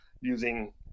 using